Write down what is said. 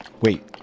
Wait